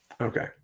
Okay